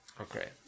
Okay